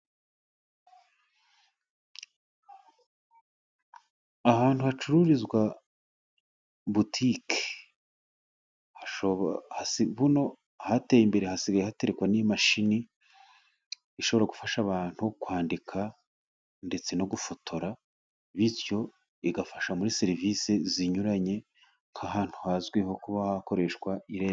Ahantu hacururizwa butique, ubu hateye imbere hasigaye hatekwa n'imashini ishobora gufasha abantu kwandika ndetse no gufotora. Bityo igafasha muri serivisi zinyuranye, nk'ahantu hazwi ho kuba hakoreshwa irembo.